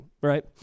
right